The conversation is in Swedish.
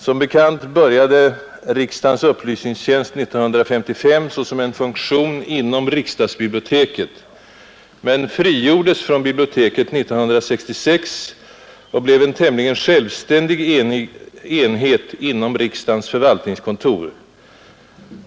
Som bekant började riksdagens upplysningstjänst 1955 såsom en funktion inom riksdagsbiblioteket men frigjordes från biblioteket 1966 och blev en tämligen självständig enhet inom riksdagens förvaltningskontor.